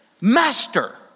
master